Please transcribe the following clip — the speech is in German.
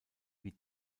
wie